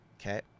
Okay